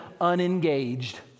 unengaged